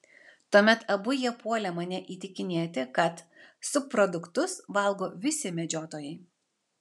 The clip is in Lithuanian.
tuomet abu jie puolė mane įtikinėti kad subproduktus valgo visi medžiotojai